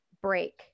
break